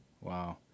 Wow